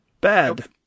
Bad